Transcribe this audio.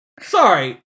sorry